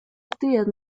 actividad